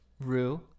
Rue